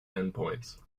endpoints